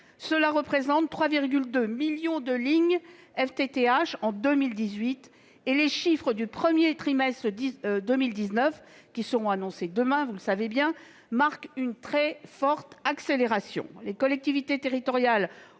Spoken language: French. Cela représente 3,2 millions de lignes FTTH en 2018. Les chiffres du premier trimestre de 2019, qui seront annoncés demain, marquent une très forte accélération. Les collectivités territoriales